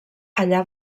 allà